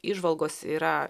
įžvalgos yra